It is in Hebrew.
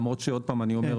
למרות ששוב אני אומר,